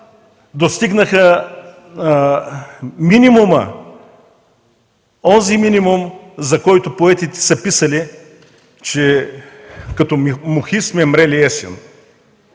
достигнаха онзи минимум, за който поетите са писали, че като мухи сме мрели есен.